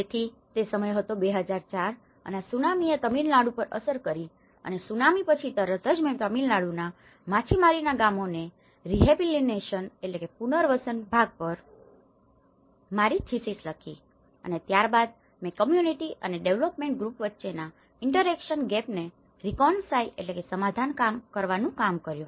તેથી તે સમય હતો 2004 અને ત્સુનામીએ તમિળનાડુ પર અસર કરી અને ત્સુનામી પછી તરત જ મેં તમિળનાડુના માછીમારીના ગામોના રીહેબીલીટેશન rehabilitationપુનર્વસન ભાગ પર મારી થીસીસ લખી અને ત્યારબાદ મેં કમ્યુનીટી અને ડેવલોપમેન્ટ ગ્રુપ વચ્ચેના ઈંટરેક્શન ગેપને રીકોન્સાઈલreconcileસમાધાન કરવાનું કામ કર્યું